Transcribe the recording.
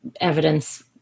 evidence